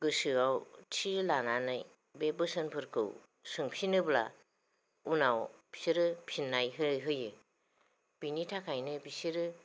गोसोआव थि लानानै बे बोसोनफोरखौ सोंफिनोब्ला उनाव बिसोरो फिननाय होयो बेनि थाखायनो बिसोरो